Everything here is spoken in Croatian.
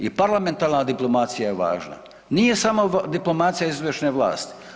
I parlamentarna diplomacija je važna, nije samo diplomacija izvršne vlasti.